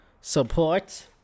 support